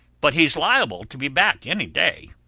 but he's liable to be back any day.